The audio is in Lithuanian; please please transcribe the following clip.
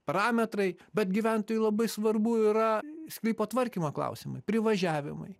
parametrai bet gyventojui labai svarbu yra sklypo tvarkymo klausimai privažiavimai